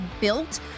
built